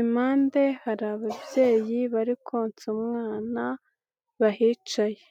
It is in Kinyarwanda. impande hari ababyeyi bari konsa umwana bahicaye.